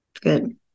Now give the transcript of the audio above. Good